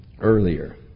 earlier